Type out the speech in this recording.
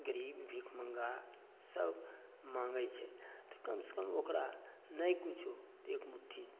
गरीब भिखमङ्गा सब माँगय छै तऽ कम सँ कम ओकरा नहि कुछो एक मुट्ठी